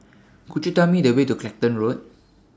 Could YOU Tell Me The Way to Clacton Road